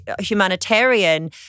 humanitarian